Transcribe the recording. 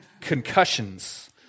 concussions